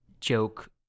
joke